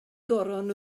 goron